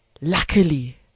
luckily